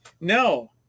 No